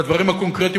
והדברים הקונקרטיים,